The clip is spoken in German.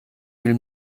viel